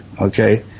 okay